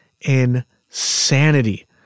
insanity